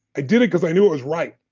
i did it because i knew it was right,